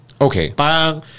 Okay